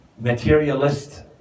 materialist